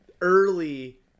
early